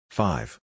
Five